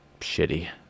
shitty